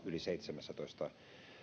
yli seitsemässätoista